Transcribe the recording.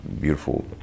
beautiful